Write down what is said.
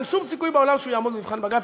אין שום סיכוי בעולם שהוא יעמוד במבחן בג"ץ.